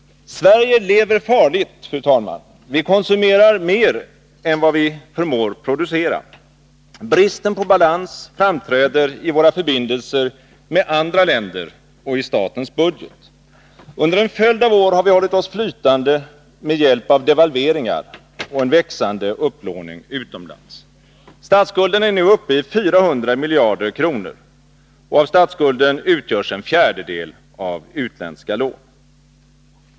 Sverige lever farligt. Vi konsumerar mer än vi producerar. Bristen på balans framträder i våra förbindelser med andra länder och i statens budget. Under en följd av år har vi hållit oss flytande med hjälp av devalveringar och en växande upplåning utomlands. Statsskulden är nu uppe i 400 miljarder kronor. Av statsskulden utgörs en fjärdedel av utländska lån.